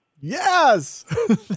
Yes